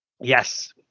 Yes